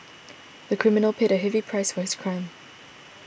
the criminal paid a heavy price for his crime